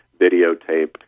videotape